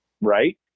Right